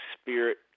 spirit